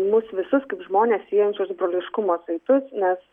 mus visus kaip žmones siejančius broliškumo saitus nes